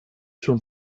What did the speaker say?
schon